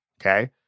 okay